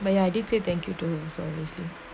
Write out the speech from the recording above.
but ya I did say thank you to her on this thing